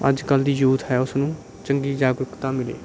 ਅੱਜ ਕੱਲ੍ਹ ਦੀ ਯੂਥ ਹੈ ਉਸ ਨੂੰ ਚੰਗੀ ਜਾਗਰੂਕਤਾ ਮਿਲੇ